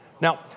Now